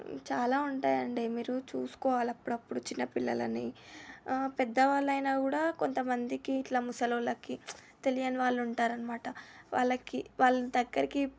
చాలా ఉంటాయండి మీరు చూసుకోవాల అప్పుడప్పుడు చిన్నపిల్లలని పెద్దవాళ్ళు అయిన కూడా కొంతమందికి ఇట్లా ముసలోళ్ళకి తెలియని వాళ్ళు ఉంటారు అన్నమాట వాళ్ళకి వాళ్ళ దగ్గరికి